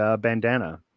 bandana